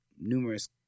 numerous